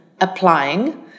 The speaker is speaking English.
applying